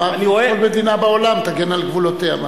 כל מדינה בעולם תגן על גבולותיה.